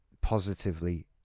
positively